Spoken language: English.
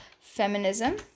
feminism